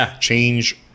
change